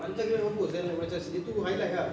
panjang gila mampus eh macam si dia tu highlight ah